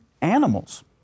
animals